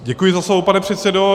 Děkuji za slovo, pane předsedo.